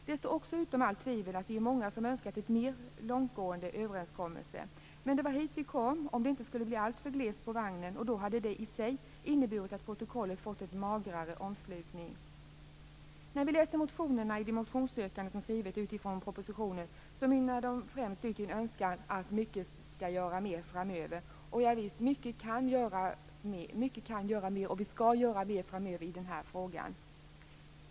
Det står också utom allt tvivel att vi är många som önskat en mer långtgående överenskommelse. Men det var hit vi kom, om det inte skulle bli alltför glest på vagnen. Det hade i sig inneburit att protokollet fått en magrare omslutning. När vi läser de motionsyrkanden som har skrivits med utgångspunkt i propositionen, mynnar de främst ut i en önskan att mer skall göras framöver. Javisst, mycket mer kan göras framöver i denna fråga.